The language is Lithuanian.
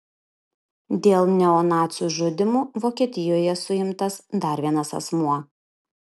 dėl neonacių žudymų vokietijoje suimtas dar vienas asmuo